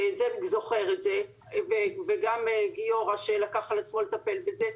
זאב זוכר את זה וגם גיורא שלקח עם עצמו לטפל בזה,